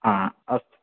आ अस्तु